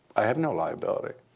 i have no liability.